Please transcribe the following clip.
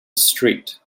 street